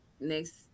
next